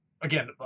Again